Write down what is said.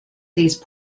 these